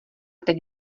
teď